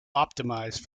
optimized